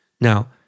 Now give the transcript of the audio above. Now